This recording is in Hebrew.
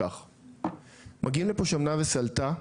מגיעים לפה 'שמנה וסלתה'